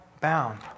bound